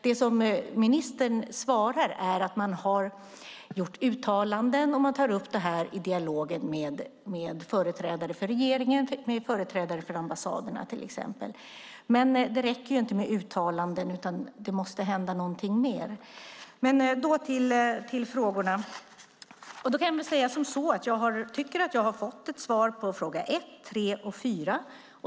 Det som ministern svarar är att man har gjort uttalanden och att man tar upp detta i dialogen med företrädare för regeringen, till exempel genom företrädare för ambassaderna. Men det räcker inte med uttalanden, utan det måste hända något mer. Jag går då till frågorna. Jag tycker att jag har fått svar ett svar på fråga 1, 3 och 4.